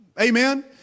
Amen